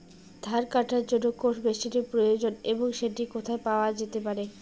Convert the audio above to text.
ধান কাটার জন্য কোন মেশিনের প্রয়োজন এবং সেটি কোথায় পাওয়া যেতে পারে?